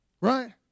Right